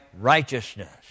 righteousness